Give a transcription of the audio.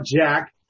Jack